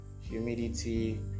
Humidity